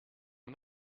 mon